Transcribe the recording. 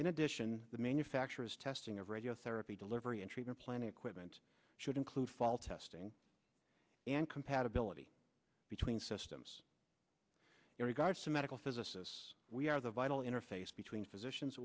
in addition the manufacturer's testing of radiotherapy delivery and treatment plan equipment should include fall testing and compatibility between systems your guides to medical physicists we are the vital interface between physicians